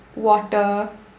water